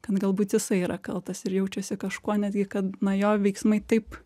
kad galbūt jisai yra kaltas ir jaučiasi kažkuo netgi kad na jo veiksmai taip